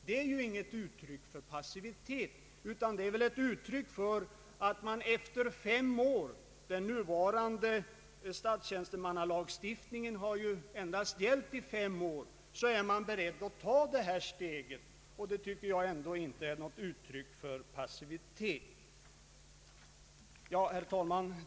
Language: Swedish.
Det är inte något uttryck för passivitet, utan det är ett uttryck för att man efter fem år — den nuvarande statstjänstemannalagstiftningen har ju endast gällt i fem år — är beredd att ta detta steg. Det tycker jag ändå inte är något uttryck för passivitet. Herr talman!